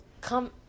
come